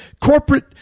corporate